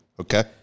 okay